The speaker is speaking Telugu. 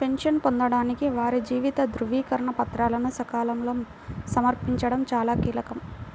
పెన్షన్ను పొందడానికి వారి జీవిత ధృవీకరణ పత్రాలను సకాలంలో సమర్పించడం చాలా కీలకం